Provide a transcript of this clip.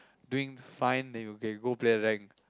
doing fine then you can go play rank